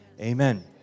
amen